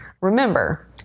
Remember